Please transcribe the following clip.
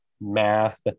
math